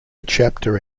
chapter